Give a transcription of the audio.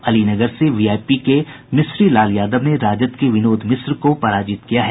अलीनगर से वीआईपी के मिश्री लाल यादव ने राजद के विनोद मिश्रा को पराजित किया है